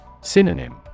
Synonym